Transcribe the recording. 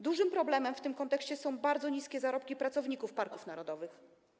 Dużym problemem w tym kontekście są bardzo niskie zarobki pracowników parków narodowych.